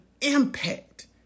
impact